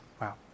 Wow